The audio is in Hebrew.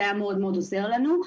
זה היה מאוד עוזר לנו.